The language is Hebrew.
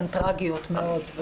הן טרגיות מאוד.